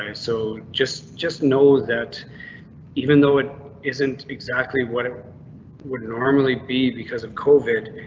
and so just just know that even though it isn't exactly what it would normally be because of kovid,